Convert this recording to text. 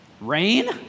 rain